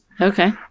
Okay